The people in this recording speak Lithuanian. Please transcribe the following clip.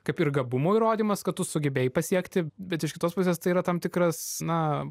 kaip ir gabumų įrodymas kad tu sugebėjai pasiekti bet iš kitos pusės tai yra tam tikras na